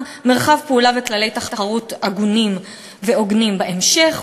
מרחב פעולה וכללי תחרות הגונים והוגנים בהמשך,